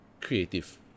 creative